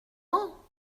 ans